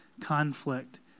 conflict